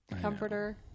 comforter